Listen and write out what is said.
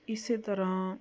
ਇਸ ਤਰ੍ਹਾਂ